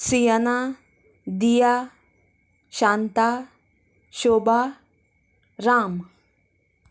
Siena Diya Shanta Shoba Ram